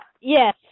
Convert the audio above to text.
Yes